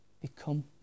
become